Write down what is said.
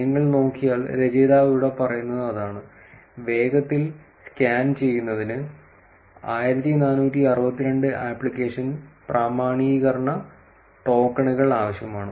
നിങ്ങൾ നോക്കിയാൽ രചയിതാവ് ഇവിടെ പറയുന്നത് അതാണ് വേഗത്തിൽ സ്കാൻ ചെയ്യുന്നതിന് 1462 ആപ്ലിക്കേഷൻ പ്രാമാണീകരണ ടോക്കണുകൾ ആവശ്യമാണ്